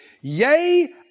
Yea